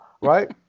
right